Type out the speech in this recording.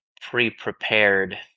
pre-prepared